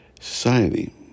society